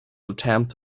attempt